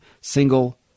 Single